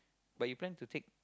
but you plan to take